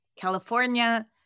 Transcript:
California